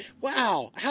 Wow